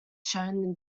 shown